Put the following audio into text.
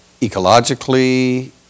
ecologically